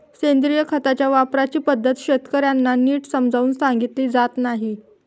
सेंद्रिय खताच्या वापराची पद्धत शेतकर्यांना नीट समजावून सांगितली जात नाही